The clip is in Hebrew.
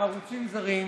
עם ערוצים זרים,